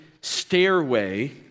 stairway